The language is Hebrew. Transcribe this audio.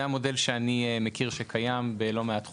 זהו המודל שאני מכיר, שקיים בלא מעט חוקים.